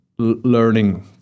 learning